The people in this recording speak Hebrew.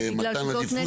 בגלל שזאת נת"ע.